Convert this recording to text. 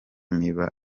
niba